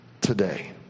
today